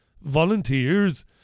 volunteers